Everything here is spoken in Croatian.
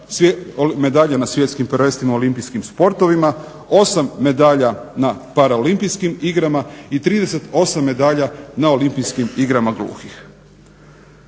medalja na svjetskim prvenstvima u olimpijskim sportovima, 8 medalja na paraolimpijskim igrama i 38 medalja na olimpijskim igrama gluhih.